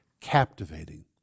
captivating